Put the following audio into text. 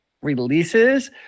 releases